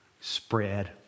spread